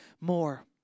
more